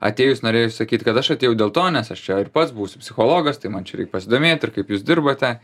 atėjus norėjosi sakyt kad aš atėjau dėl to nes aš čia ir pats būsiu psichologas tai man čia reik pasidomėt ir kaip jūs dirbate